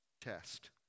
test